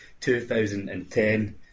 2010